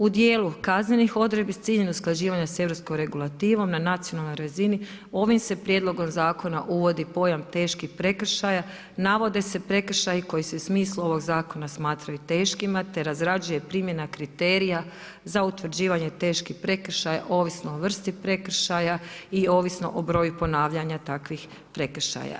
U dijelu kaznenih odredbi s ciljem usklađivanja s europskom regulativom na nacionalnoj razini ovim se prijedlogom zakona uvodi pojam teški prekršaja, navode se prekršaji koji se u smislu ovoga zakona smatraju teškima te razrađuje primjena kriterija za utvrđivanje teških prekršaja ovisno o vrsti prekršaja i ovisno o broju ponavljanja takvih prekršaja.